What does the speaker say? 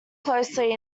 closely